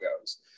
goes